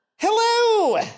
Hello